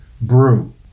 brew